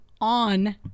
on